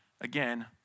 again